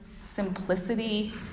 simplicity